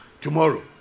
tomorrow